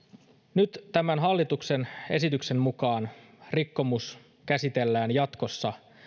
nyt tämän hallituksen esityksen mukaan rikkomus käsitellään jatkossa